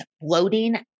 bloating